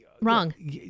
Wrong